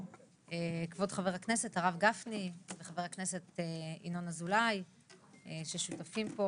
כבוד חבר הכנסת הרב גפני וחבר הכנסת ינון אזולאי ששותפים פה